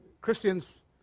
Christians